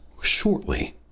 shortly